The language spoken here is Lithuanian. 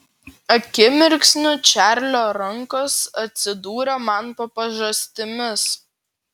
akimirksniu čarlio rankos atsidūrė man po pažastimis